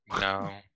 no